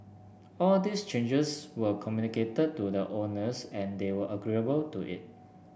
all these changes were communicated to the owners and they were agreeable to it